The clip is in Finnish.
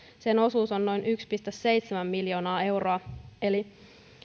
sen osuus on noin yksi pilkku seitsemän miljoonaa euroa eli